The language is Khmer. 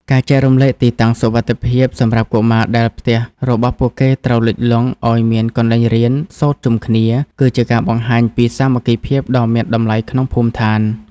ការចែករំលែកទីតាំងសុវត្ថិភាពសម្រាប់កុមារដែលផ្ទះរបស់ពួកគេត្រូវលិចលង់ឱ្យមានកន្លែងរៀនសូត្រជុំគ្នា គឺជាការបង្ហាញពីសាមគ្គីភាពដ៏មានតម្លៃក្នុងភូមិឋាន។